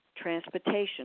Transportation